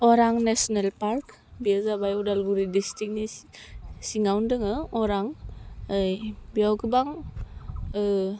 अरां national park बेयो जाबाय उदालगुरि डिसट्रिकनि सिङावनो दोङो अरां ओइ बेयाव गोबां